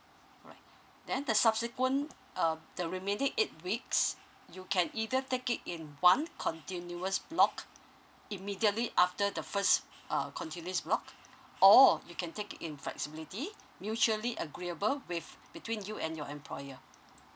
right then the subsequent uh the remaining eight weeks you can either take it in one continuous block immediately after the first um continuous block or you can take in flexibility mutually agreeable with between you and your employee